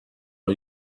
are